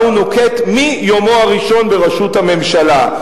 שהוא נוקט מיומו הראשון בראשות הממשלה,